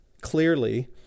clearly